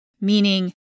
Meaning